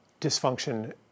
dysfunction